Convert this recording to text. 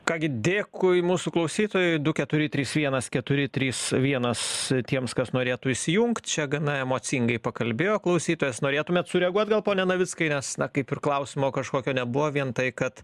ką gi dėkui mūsų klausytojui du keturi trys vienas keturi trys vienas tiems kas norėtų įsijungt čia gana emocingai pakalbėjo klausytojas norėtumėt sureaguot gal pone navickai nes na kaip ir klausimo kažkokio nebuvo vien tai kad